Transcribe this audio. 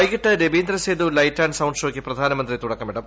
വൈകിട്ട് രബീന്ദ്രസേതു light and sound ഷോയ്ക്ക് പ്രധാനമന്ത്രി തുടക്കമിടും